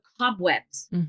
cobwebs